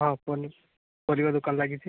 ହଁ କୁହନ୍ତୁ ପରିବା ଦୋକାନ ଲାଗିଛି